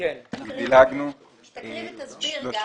נקריא קודם את סעיף 34. תקריא ותסביר.